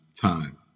time